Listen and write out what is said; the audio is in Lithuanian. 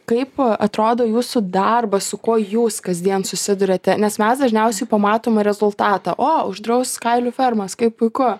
kaip atrodo jūsų darbas su kuo jūs kasdien susiduriate nes mes dažniausiai pamatome rezultatą o uždraus kailių fermas kaip puiku